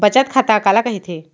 बचत खाता काला कहिथे?